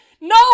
No